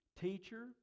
Teacher